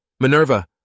Minerva